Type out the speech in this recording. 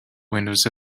windows